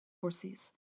horses